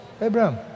Abraham